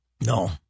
No